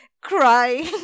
crying